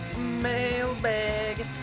Mailbag